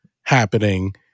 happening